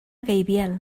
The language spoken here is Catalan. gaibiel